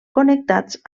connectats